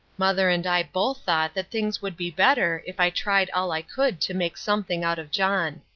mother and i both thought that things would be better if i tried all i could to make something out of john.